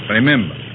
Remember